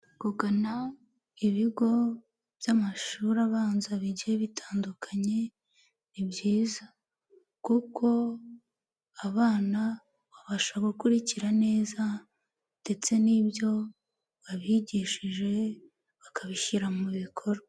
Kugana ibigo by'amashuri abanza bigiye bitandukanye ni byiza. Kuko abana babasha gukurikira neza ndetse n'ibyo ba abigishije bakabishyira mu bikorwa.